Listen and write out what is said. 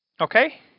okay